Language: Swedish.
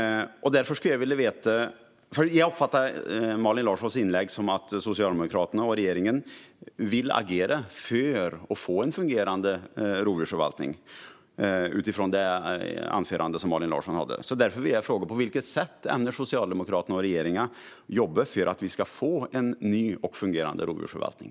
Jag uppfattade Malin Larssons inlägg som att Socialdemokraterna och regeringen vill agera för att få en fungerande rovdjursförvaltning. Utifrån det anförande som Malin Larsson höll vill jag därför fråga: På vilket sätt ämnar Socialdemokraterna och regeringen jobba för att vi ska få en ny och fungerande rovdjursförvaltning?